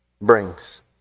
brings